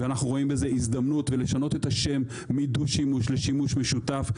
ולשנות את השם מ-"דו-שימוש" ל-"שימוש משותף".